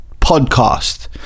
podcast